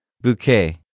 Bouquet